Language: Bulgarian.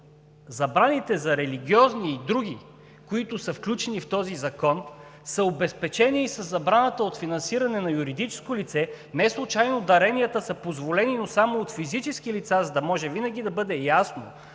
Забраните за религиозни и други институции, които са включени в този закон, са обезпечени и със забраната от финансиране на юридическо лице и неслучайно даренията са позволени, но само от физически лица, за да може винаги да бъде ясно